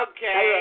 Okay